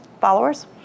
followers